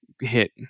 hit